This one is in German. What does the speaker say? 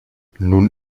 nun